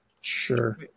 Sure